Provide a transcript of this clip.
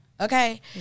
okay